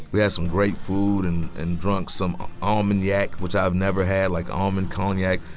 we had some great food and and drink some almond yak which i've never had like almond cognac.